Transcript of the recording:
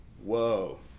whoa